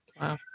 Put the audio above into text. Wow